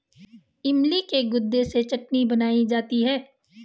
इमली के गुदे से चटनी बनाई जाती है